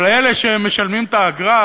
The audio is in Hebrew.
אבל אלה שמשלמים את האגרה